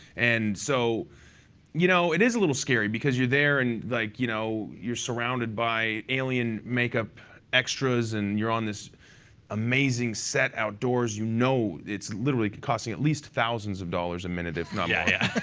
and so you know it is a little scary. because you're there and like you know you're surrounded by alien makeup extras and you're on this amazing set outdoors. you know it's literally costing at least thousands of dollars a minute, if not yeah